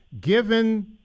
Given –